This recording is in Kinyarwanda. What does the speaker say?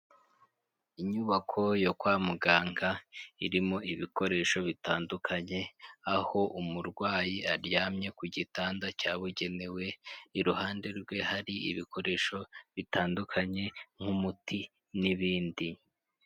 Inyubako yo kwa muganga irimo ibikoresho bitandukanye aho umurwayi aryamye ku gitanda cyabugenewe, iruhande rwe hari ibikoresho bitandukanye nk'umuti n'ibindi.